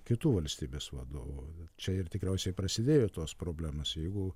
kitu valstybės vadovu čia ir tikriausiai prasidėjo tos problemos jeigu